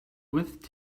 with